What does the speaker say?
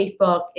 Facebook